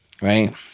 Right